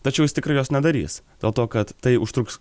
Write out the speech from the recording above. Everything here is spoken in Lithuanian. tačiau jis tikrai jos nedarys dėl to kad tai užtruks